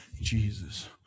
Jesus